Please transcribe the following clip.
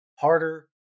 harder